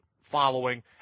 following